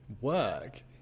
work